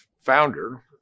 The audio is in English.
founder